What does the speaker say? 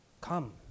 Come